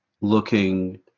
looking